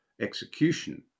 execution